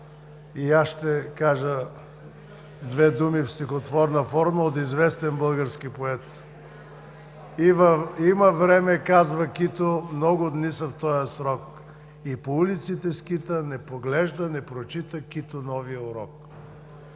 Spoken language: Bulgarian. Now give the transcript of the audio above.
и аз ще кажа две думи в стихотворна форма от известен български поет: „Има време – казва Кито – много дни са в този срок, и по улиците скита, не поглежда, не прочита Кито новия урок“.